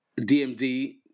DMD